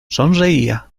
sonreía